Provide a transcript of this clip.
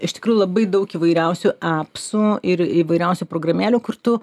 iš tikrųjų labai daug įvairiausių apsų ir įvairiausių programėlių kur tu